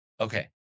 okay